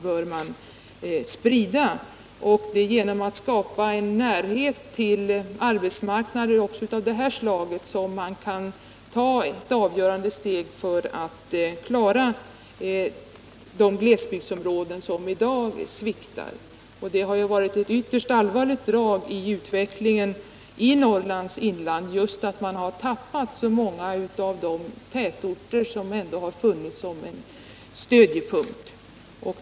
Det är genom att skapa en närhet till arbetsmarknader av också detta slag som man kan ta ett avgörande steg för att klara de glesbygdsområden som i dag sviktar. Det har ju varit ett ytterst allvarligt drag i utvecklingen i Norrlands inland att man tappat så många av de tätorter som ändå funnits som stödjepunkter.